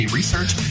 research